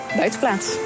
buitenplaats